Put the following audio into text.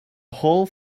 whole